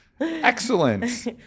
excellent